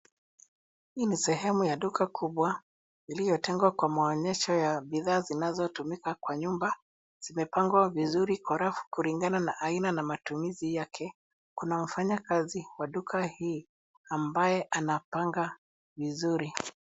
Hii ni sehemu kuba ya duka kubwa iliyotengwa kwa maonyesho ya bidhaa zinazotumika kwa nyumba. Zimepangwa vizuri kwa rafu kulingana na aina na matumizi yake. Kuna mfanyakazi wa duka hii ambaye anapanga vizuri.